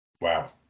Wow